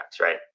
right